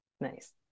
Nice